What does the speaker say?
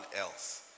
else